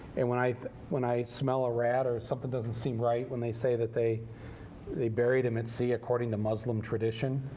and when i when i smell a rat or something doesn't seem right, when they say that they they buried him at sea according to muslim tradition,